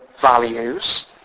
values